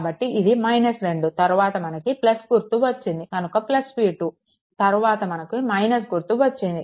కాబట్టి ఇది 2 తరువాత మనకు గుర్తు వచ్చింది కనుక V2 తరువాత మనకు - గుర్తు వచ్చింది